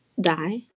die